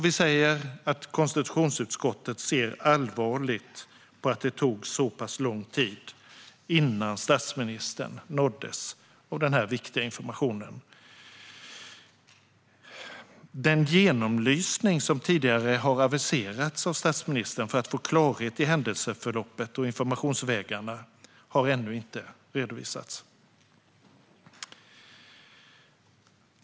Vi säger att konstitutionsutskottet ser allvarligt på att det tog så pass lång tid innan statsministern nåddes av denna viktiga information. Den genomlysning som statsministern tidigare har aviserat för att få klarhet i händelseförloppet och informationsvägarna har ännu inte redovisats.